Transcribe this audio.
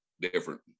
different